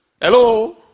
Hello